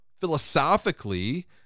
philosophically